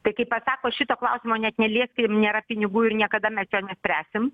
tai kai pasako šito klausimo net nelieskim nėra pinigų ir niekada mes jo nespręsim